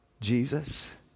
Jesus